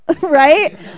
right